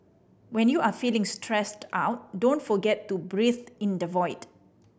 when you are feeling stressed out don't forget to breathe in the void